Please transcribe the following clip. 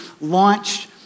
launched